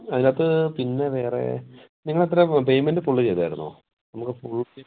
അതിനകത്ത് പിന്നെ വേറെ നിങ്ങൾ എത്രെയാണ് പെമെൻറ്റ് ഫുള്ള് ചെയ്തായിരുന്നോ